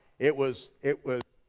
it was, it was,